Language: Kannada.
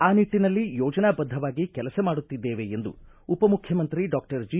ಆ ನಿಟ್ಟಿನಲ್ಲಿ ಯೋಜನಾಬದ್ದವಾಗಿ ಕೆಲಸ ಮಾಡುತ್ತಿದ್ದೇವೆ ಎಂದು ಉಪಮುಖ್ಯಮಂತ್ರಿ ಡಾಕ್ಟರ್ ಜಿ